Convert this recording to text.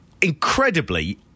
incredibly